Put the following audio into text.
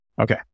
Okay